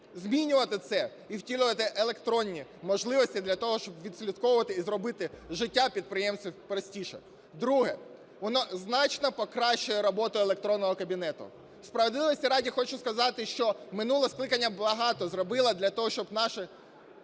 змінювати це і втілювати електронні можливості для того, щоб відслідковувати і зробити життя підприємців простішим. Друге. Воно значно покращує роботу електронного кабінету. Справедливості ради хочу сказати, що минуле скликання багато зробило для того, щоб наші